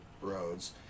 roads